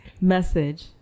message